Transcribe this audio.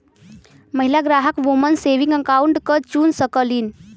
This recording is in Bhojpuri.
महिला ग्राहक वुमन सेविंग अकाउंट क चुन सकलीन